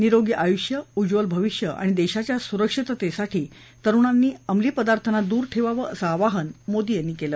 निरोगी आयुष्य उज्ज्वल भविष्य आणि देशाच्या सुरक्षिततेसाठी तरुणांनी अंमलीर्थाना दूर ठेवावं असं आवाहन मोदी यांनी केलं